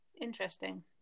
interesting